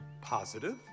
positive